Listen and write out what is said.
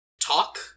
talk